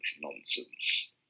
nonsense